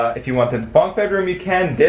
if you want the bunk bed room you can.